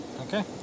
Okay